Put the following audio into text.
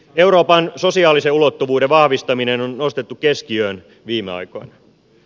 euroopan sosiaalisen ulottuvuuden vahvistaminen on nostettu keskiöön viime aikoina